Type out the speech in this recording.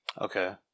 Okay